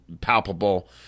palpable